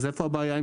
אז איפה הבעיה אם